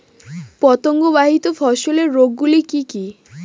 পতঙ্গবাহিত ফসলের রোগ গুলি কি কি?